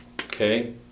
Okay